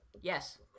Yes